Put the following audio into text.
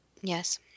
Yes